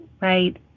right